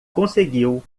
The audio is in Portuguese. conseguiu